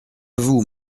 vous